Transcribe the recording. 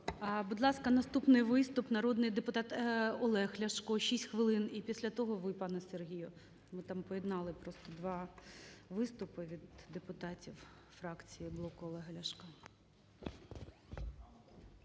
Будь ласка, наступний виступ – народний депутат Олег Ляшко – 6 хвилин. І після того ви, пане Сергію. Бо там поєднали просто два виступи від депутатів фракції блоку Олега Ляшка.